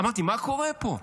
אמרתי, מה קורה פה,